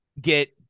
get